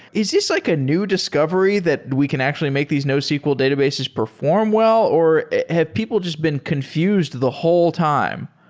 is this like a new discovery that we can actually make these nosql databases perform well or have people just been confused the whole time?